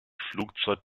flugzeit